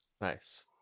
Nice